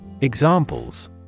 Examples